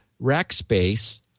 Rackspace